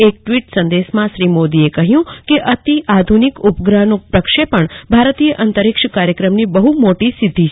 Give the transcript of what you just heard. એક ટવીટ સંદેશામાં શ્રી મોદીએ કહ્યું કે અતિ આધુનિક ઉપગ્રહનું પ્રક્ષેપણ ભારતીય અંતરીક્ષ કાર્યક્રમનું બહુ મોટી સિધ્ધી છે